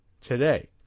today